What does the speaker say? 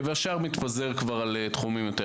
השאר מתפזר בתחומים השונים.